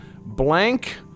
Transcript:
Blank